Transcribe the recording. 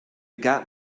got